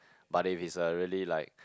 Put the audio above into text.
but if it's a really like